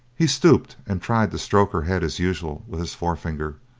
he stooped, and tried to stroke her head as usual with his forefinger,